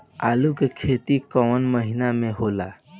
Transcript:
आलू के खेती कवना महीना में होला?